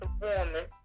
performance